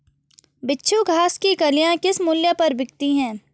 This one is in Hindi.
बिच्छू घास की कलियां किस मूल्य पर बिकती हैं?